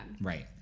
Right